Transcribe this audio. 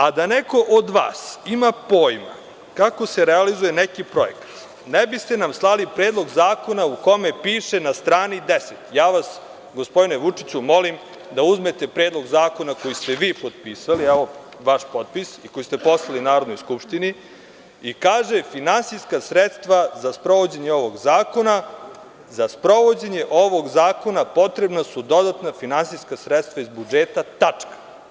A, da neko od vas ima pojma kako se realizuje neki projekat ne biste nam slali Predlog zakona u kome piše, na strani 10, ja vas gospodine Vučiću molim da uzmete Predlog zakona koji ste vi potpisali, evo vaš potpis i koji ste poslali Narodnoj skupštini i kaže finansijska sredstva za sprovođenje ovog Zakona potrebna su dodatna finansijska sredstva iz budžeta, tačka.